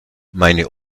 meine